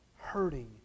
hurting